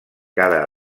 cada